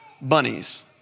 bunnies